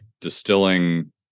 distilling